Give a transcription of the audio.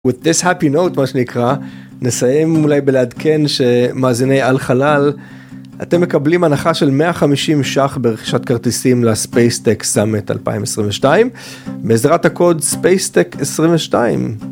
‏with this happy note מה שנקרא נסיים אולי בלעדכן שמאזיני על-חלל אתם מקבלים הנחה של 150 שח ברכישת כרטיסים לספייסטק סמאט 2022 בעזרת הקוד ספייסטק 22.